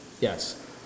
Yes